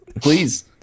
please